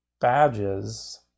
badges